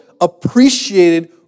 appreciated